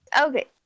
Okay